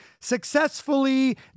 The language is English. successfully